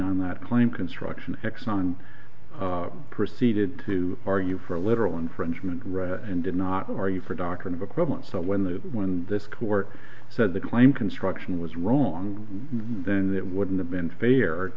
on that claim construction exxon proceeded to argue for a literal infringement right and did not argue for doctrine of equipment so when the when this court said the claim construction was wrong then that wouldn't have been fai